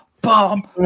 bomb